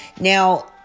Now